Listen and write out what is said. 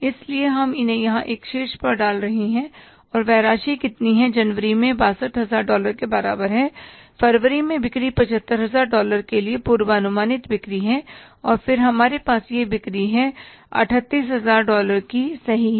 इसलिए हम इन्हें यहां एक बार शीर्ष पर डाल रहे हैं और वह राशि कितनी है जनवरी में 62000 डॉलर के बराबर है फरवरी मैं बिक्री 75000 डॉलर के लिए पूर्वानुमानित बिक्री हैं और फिर हमारे पास यह बिक्री है 38000 डॉलर की सही है